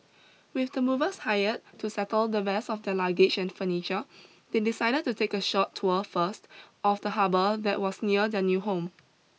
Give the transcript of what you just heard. with the movers hired to settle the rest of their luggage and furniture they decided to take a short tour first of the harbour that was near their new home